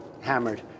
hammered